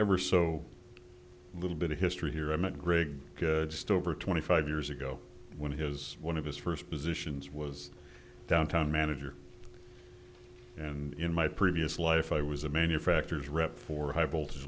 ever so little bit of history here i met greg still for twenty five years ago when his one of his first positions was downtown manager and in my previous life i was a manufacturer's rep for high voltage